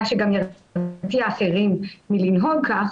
מה שגם ירתיע אחרים מלנהוג כך,